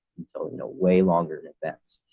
until no way longer events.